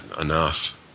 enough